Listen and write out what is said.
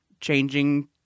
changing